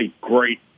great